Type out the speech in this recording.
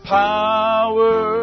power